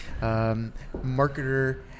marketer